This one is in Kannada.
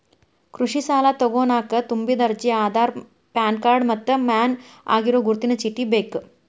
ಕೃಷಿ ಸಾಲಾ ತೊಗೋಣಕ ತುಂಬಿದ ಅರ್ಜಿ ಆಧಾರ್ ಪಾನ್ ಕಾರ್ಡ್ ಮತ್ತ ಮಾನ್ಯ ಆಗಿರೋ ಗುರುತಿನ ಚೇಟಿ ಬೇಕ